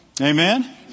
Amen